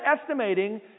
estimating